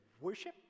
worship